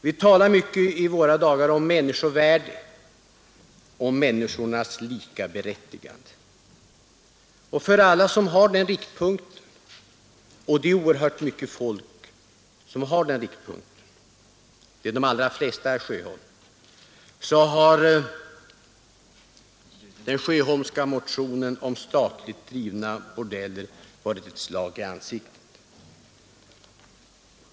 Vi talar mycket i våra dagar om människovärde och om människornas likaberättigande, och för alla som har den riktpunkten — och det är oerhört mycket folk, ja, de allra flesta — har den Sjöholmska motionen om statligt drivna bordeller varit ett slag i ansiktet.